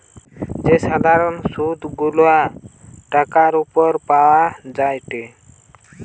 যে সাধারণ সুধ গুলা টাকার উপর পাওয়া যায়টে